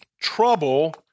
trouble